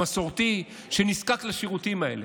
המסורתי, שנזקק לשירותים האלה,